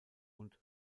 und